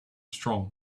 strong